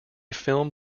film